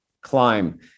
climb